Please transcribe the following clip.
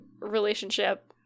relationship